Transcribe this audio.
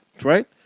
Right